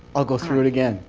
i'll go through it again.